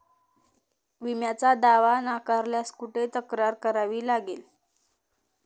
विम्याचा दावा नाकारल्यास कुठे तक्रार करावी लागेल?